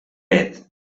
nét